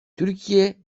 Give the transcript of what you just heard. türkiye